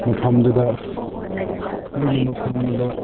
ꯃꯐꯝꯗꯨꯗ ꯃꯣꯏꯒꯤ ꯃꯐꯝꯗꯨꯗ